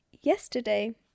yesterday